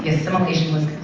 assimilation was